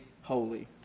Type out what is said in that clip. holy